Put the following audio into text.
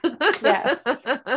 Yes